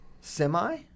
semi